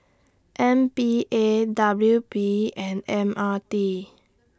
M P A W P and M R T